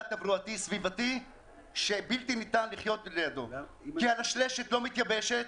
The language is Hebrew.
תברואתי סביבתי שבלתי ניתן לחיות לידו כי הלשלשת לא מתייבשת